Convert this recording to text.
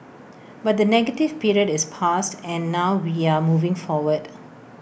but the negative period is past and now we are moving forward